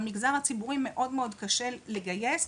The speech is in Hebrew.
במגזר הציבורי מאוד מאוד קשה לגייס.